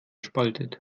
spaltet